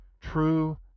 true